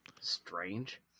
strange